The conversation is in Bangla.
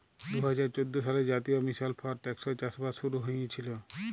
দু হাজার চোদ্দ সালে জাতীয় মিশল ফর টেকসই চাষবাস শুরু হঁইয়েছিল